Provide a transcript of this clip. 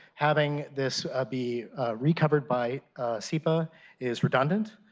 having this be recovered by sepa is redundant,